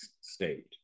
state